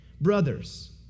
brothers